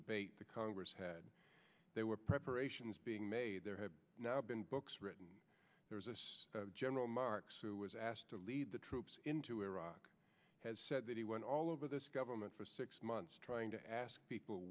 debate the congress had they were preparations being made there have now been books written there's a general marks who was asked to lead the troops into iraq has said that he went all over this government for six months trying to ask people